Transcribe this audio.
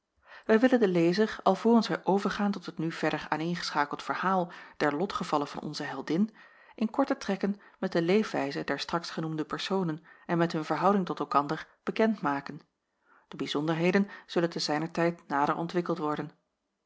wij willen den lezer alvorens wij overgaan tot het nu verder aaneengeschakeld verhaal der lotgevallen van onze heldin in korte trekken met de leefwijze der straks genoemde personen en met hun verhouding tot elkander bekend maken de bijzonderheden zullen te zijner tijd nader ontwikkeld worden